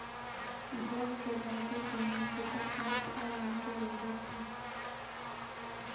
जल के जादे दोहन विकट समस्या बनके उभरित हई